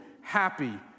happy